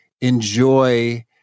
enjoy